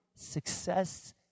Success